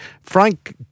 Frank